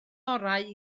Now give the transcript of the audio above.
orau